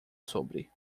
sobre